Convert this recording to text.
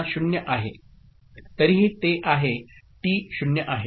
तरीही ते आहे टी 0 आहे